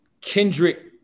Kendrick